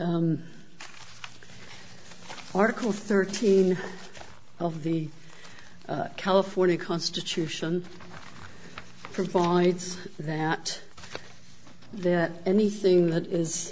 article thirteen of the california constitution provides that that anything that is